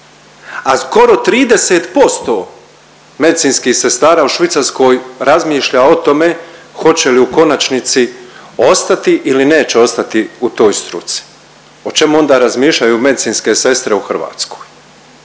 a skoro 30% medicinskih sestara u Švicarskoj razmišlja o tome hoće li u konačnici ostati ili neće ostati u toj struci. O čem onda razmišljaju medicinske sestre u Hrvatskoj?